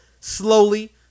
slowly